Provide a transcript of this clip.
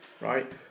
Right